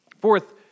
Fourth